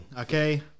okay